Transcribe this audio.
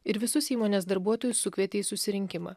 ir visus įmonės darbuotojus sukvietė į susirinkimą